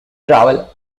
travel